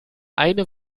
eine